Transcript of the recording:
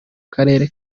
karere